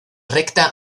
recta